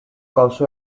also